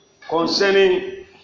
concerning